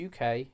uk